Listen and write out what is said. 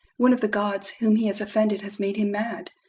one of the gods whom he has offended has made him mad.